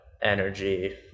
energy